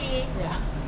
ya